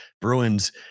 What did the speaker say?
Bruins